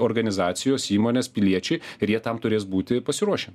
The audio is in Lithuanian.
organizacijos įmonės piliečiai ir jie tam turės būti pasiruošę